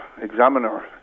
examiner